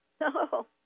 No